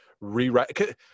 rewrite